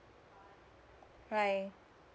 bye